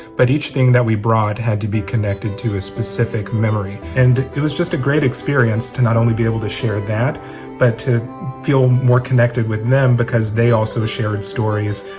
but each thing that we brought had to be connected to a specific memory. and it was just a great experience to not only be able to share that, but to feel more connected with them because they also shared stories,